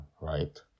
right